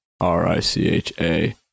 R-I-C-H-A